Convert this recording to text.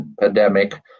pandemic